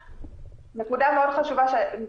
נקודה מאוד חשובה נוספת,